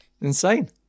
Insane